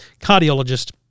cardiologist